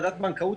ועדת בנקאות,